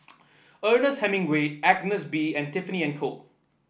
Ernest Hemingway Agnes B and Tiffany And Co